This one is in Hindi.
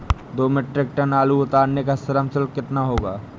दो मीट्रिक टन आलू उतारने का श्रम शुल्क कितना होगा?